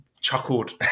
chuckled